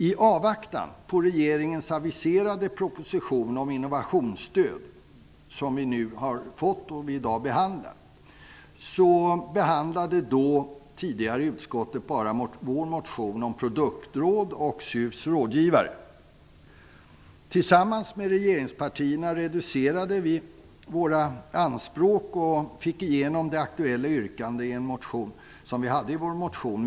I avvaktan på regeringens aviserade proposition om innovationsstöd, som vi nu har fått och som vi nu behandlar, behandlade utskottet bara vår motion om produktråd och SUF:s rådgivare. Tillsammans med regeringspartierna reducerade vi våra anspråk och fick igenom det aktuella yrkandet i vår motion.